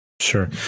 Sure